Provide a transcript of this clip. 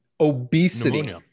Obesity